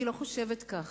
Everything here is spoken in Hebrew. אני לא חושבת כך.